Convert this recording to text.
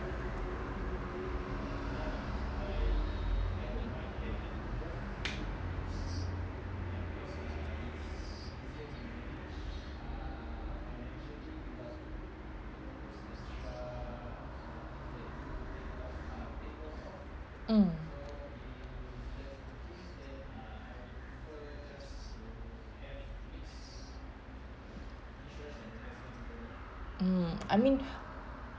mm mm I mean